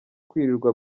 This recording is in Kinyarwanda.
kwirirwa